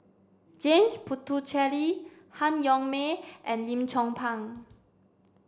James Puthucheary Han Yong May and Lim Chong Pang